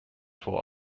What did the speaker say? for